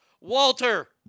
Walter